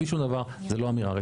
בלי שום דבר - זו לא אמירה רצינית.